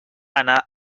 anar